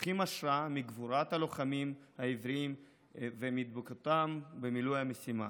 לוקחים השראה מגבורת הלוחמים העבריים ומדבקותם במילוי המשימה.